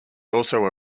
also